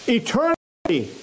eternity